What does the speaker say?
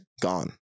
gone